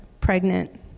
pregnant